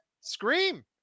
scream